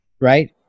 right